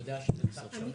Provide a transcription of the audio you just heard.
אני יודע שזה קצת שונה,